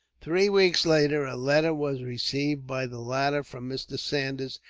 three weeks later, a letter was received by the latter from mr. saunders,